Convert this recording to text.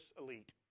elite